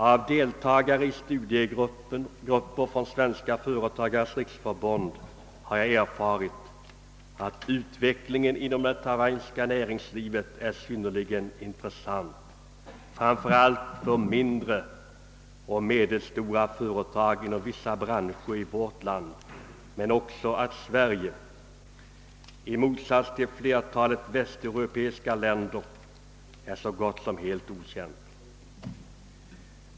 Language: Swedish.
Av deltagare i studiegrupper från Svenska företagares riksförbund har jag erfarit att utvecklingen inom det taiwanesiska näringslivet är synnerligen intressant, framför allt för mindre och medelstora företag inom vissa branscher i vårt land, men också att Sverige — i motsats till flertalet västeuropeiska länder — är så gott som helt okänt.